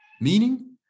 Meaning